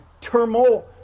turmoil